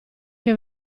che